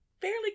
fairly